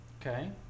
Okay